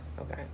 Okay